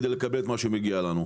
כדי לקבל מה שמגיע לנו.